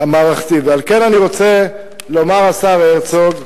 על כן אני רוצה לומר, השר הרצוג,